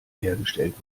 hergestellt